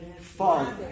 Father